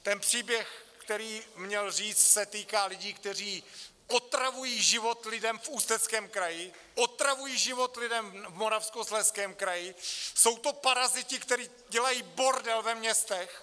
Ten příběh, který měl říct, se týká lidí, kteří otravují život lidem v Ústeckém kraji , otravují život lidem v Moravskoslezském kraji, jsou to paraziti, který dělají bordel ve městech.